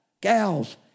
gals